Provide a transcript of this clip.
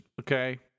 Okay